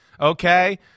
okay